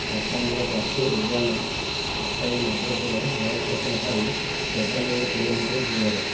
ରାଣ୍ଟାମ୍ବୋର ଜାତୀୟ ଉଦ୍ୟାନ ସଚାଇ ମାଧପୁର ରେଳ ଷ୍ଟେସନଠାରୁ ସେଭେନ କିଲୋମିଟର ଦୂରରେ